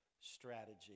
strategy